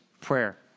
Prayer